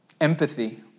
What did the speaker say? Empathy